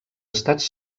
estats